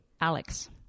Alex